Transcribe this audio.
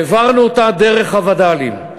העברנו אותה דרך הווד"לים.